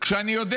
כשאני יודע